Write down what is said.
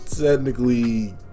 technically